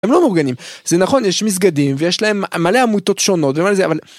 הם לא מאורגנים זה נכון יש מסגדים ויש להם מלא עמותות שונות.